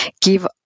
give